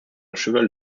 cheval